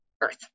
Earth